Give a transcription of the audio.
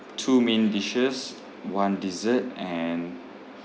two main dishes one dessert and